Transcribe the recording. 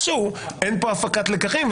אין פה הפקת לקחים.